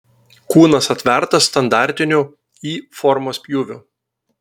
kūnas atvertas standartiniu y formos pjūviu